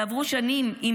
יעברו שנים עד שייקנסו,